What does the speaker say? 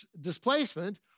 displacement